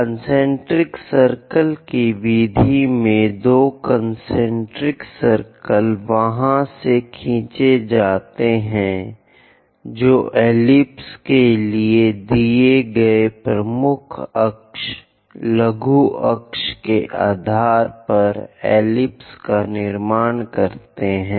concentric circle की विधि में दो कन्सेन्ट्रिक सर्किल वहाँ से खींचे जाते हैं जो एलिप्स के लिए दिए गए प्रमुख अक्ष लघु अक्ष के आधार पर एलिप्स का निर्माण करते हैं